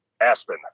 Aspen